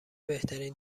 بهترین